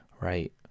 right